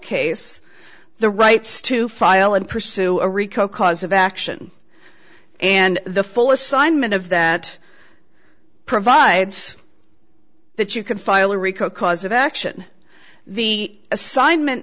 case the rights to file and pursue a rico cause of action and the full assignment of that provides that you can file a rico cause of action the assignment